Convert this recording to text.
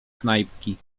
knajpki